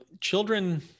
children